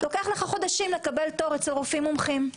לוקח לך חודשים לקבל תור אצל רופאים מומחים.